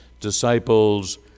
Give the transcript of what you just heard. disciples